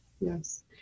Yes